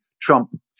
Trump